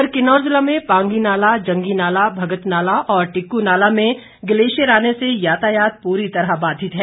उधर किन्नौर जिला में पांगी नाला जंगी नाला भगत नाला और टिक्कू नाला में ग्लेशियर आने से यातायात पूरी तरह बाधित है